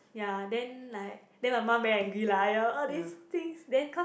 ya then like then my mum very angry lah !aiya! all these things then cause